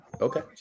Okay